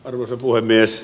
arvoisa puhemies